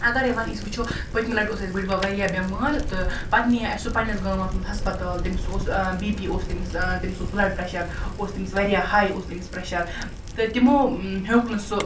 اَگَرے وۅنۍ أسۍ وُچھو پٔتۍمہِ لَٹہِ اوس اَسہِ بُڈۍ بَب واریاہ بیٚمار تہٕ پَتہٕ نِیے اَسہِ سُہ پَنٕنِس گامَس مَنٛز ہَسپَتال تٔمِس اوس بی پی اوس تٔمِس زیادٕ تٔمِس اوس بُلَڈ پرٛیٚشَر اوس تٔمِس واریاہ ہاے اوس تٔمِس پرٛیٚشَر تہٕ تِمو ہیوٚک نہٕ سُہ